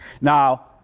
Now